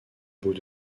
bout